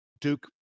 Duke